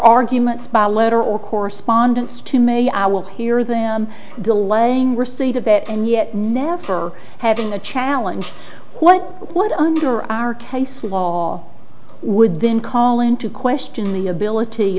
arguments by letter or correspondence to may i will hear them delaying receipt of it and yet never having a challenge what what under our case law would then call into question the ability